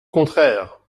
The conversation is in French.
contraire